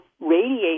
radiate